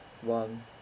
one